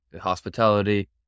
hospitality